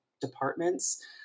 departments